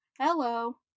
hello